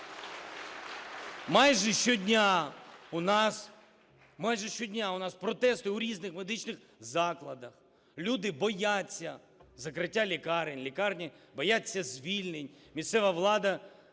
Майже щодня у нас протести у різних медичних закладах. Люди бояться закриття лікарень, лікарні бояться звільнень, місцева влада